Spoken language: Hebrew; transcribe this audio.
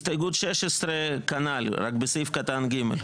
הסתייגות 16, כנ"ל, רק בסעיף קטן (ג).